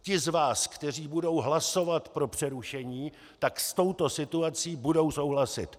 Ti z vás, kteří budou hlasovat pro přerušení, tak s touto situací budou souhlasit.